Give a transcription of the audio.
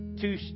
Two